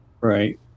right